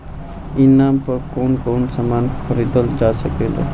ई नाम पर कौन कौन समान खरीदल जा सकेला?